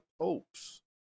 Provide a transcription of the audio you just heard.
popes